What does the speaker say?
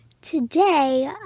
today